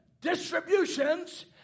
distributions